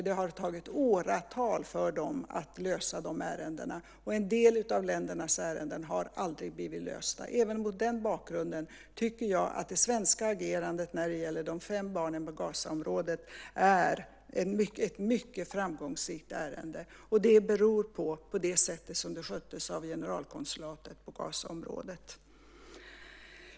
Det har tagit år för dem att lösa de ärendena. En del av ländernas ärenden har aldrig blivit lösta. Även mot den bakgrunden tycker jag att det svenska agerandet när det gäller de fem barnen i Gazaområdet är ett mycket framgångsrikt ärende. Det beror på det sätt på vilket det sköttes av generalkonsulatet i Gazaområdet.